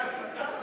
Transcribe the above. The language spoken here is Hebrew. זה הסתה?